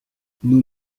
nous